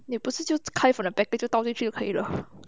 你不是就开 from the package 就倒进去就可以了